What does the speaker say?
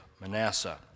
Manasseh